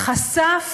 חשף